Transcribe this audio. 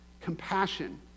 compassion